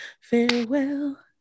farewell